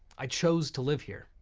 i chose to live here.